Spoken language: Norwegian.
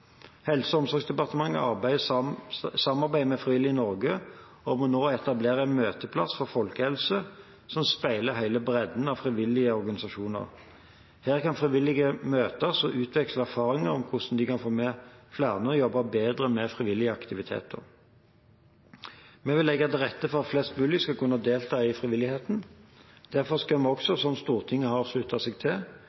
og bedre folkehelse. Helse- og omsorgsdepartementet samarbeider med Frivillighet Norge om å etablere en møteplass for folkehelse som speiler hele bredden av frivillige organisasjoner. Her kan frivillige møtes og utveksle erfaringer om hvordan de kan få med flere og jobbe bedre med frivillige aktiviteter. Vi vil legge til rette for at flest mulig skal kunne delta i frivilligheten. Derfor skal vi også,